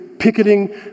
picketing